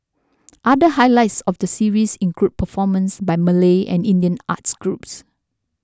other highlights of the series include performances by Malay and Indian arts groups